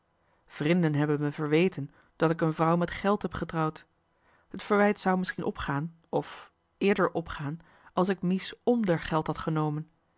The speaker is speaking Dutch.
vrinden hebben me verweten dat ik een vrouw met geld heb getrouwd t verwijt zou misschien opgaan of eerder opgaan als ik mies m d'er geld had genomen